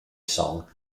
song